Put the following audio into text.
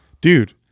Dude